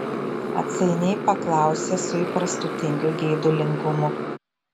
atsainiai paklausė su įprastu tingiu geidulingumu